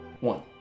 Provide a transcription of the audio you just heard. One